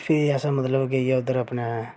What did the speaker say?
फ्ही असें मतलब गेइयै उद्धर अपने